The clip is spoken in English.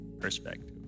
Perspective